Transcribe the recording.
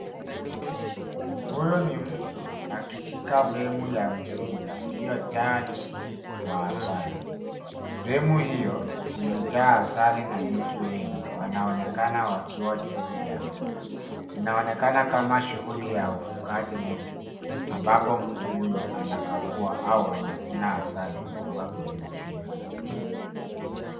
Huyu ni mtu akishika fremu ya mzinga iliojaa nyuki wa asali. Fremu hiyo imejaa asali na nyuki wengi, wanaonekana wakiwa juu yake. Inaonekana kama shughuli ya ufugaji nyuki ambapo mtu huyu anakagua au anavuna asali kutoka kwenye mzinga.